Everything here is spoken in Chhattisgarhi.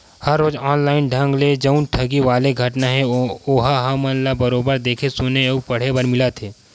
हर रोज ऑनलाइन ढंग ले जउन ठगी वाले घटना हे ओहा हमन ल बरोबर देख सुने अउ पड़हे बर मिलत हे